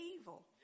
evil